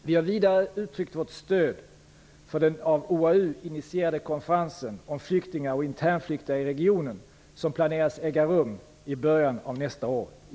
Vi har vidare uttryckt vårt stöd för den av OAU initierade konferensen om flyktingar och internflyktingar i regionen som planeras äga rum i början av nästa år i